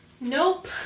Nope